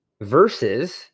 Versus